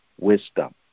wisdom